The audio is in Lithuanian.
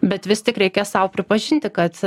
bet vis tik reikia sau pripažinti kad